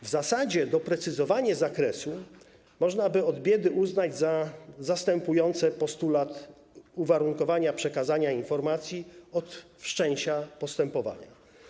W zasadzie doprecyzowanie zakresu można by od biedy uznać za zastępujące postulat uwarunkowania przekazania informacji od wszczęcia postępowania.